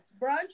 brunch